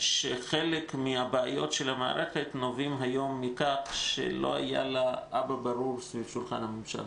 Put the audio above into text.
שחלק מהבעיות של המערכת הן שלא היה לה אבא ברור סביב שולחן הממשלה.